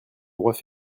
droits